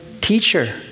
teacher